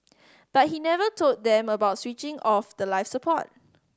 but he never told them about switching off the life support